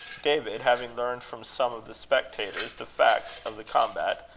david, having learned from some of the spectators the facts of the combat,